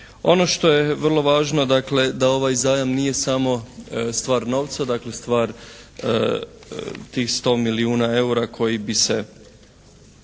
Ono što je vrlo važno dakle da ovaj zajam nije samo stvar novca dakle stvar tih 100 milijuna eura koji bi se,